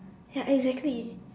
ya exactly